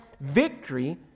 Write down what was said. victory